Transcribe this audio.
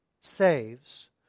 saves